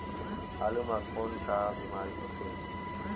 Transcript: आलू म कौन का बीमारी होथे?